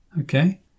Okay